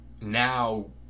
now